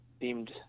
seemed